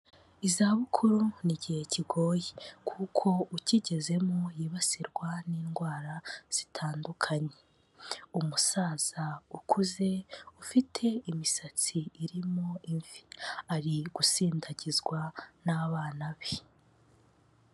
Izabukuru ni igihe kigoye kuko ukigezemo yibasirwa n'indwara zitandukanye, umusaza ukuze ufite imisatsi irimo imvi ari gusindagizwa n'abana be.